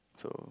so